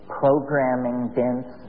programming-dense